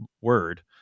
word